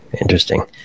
interesting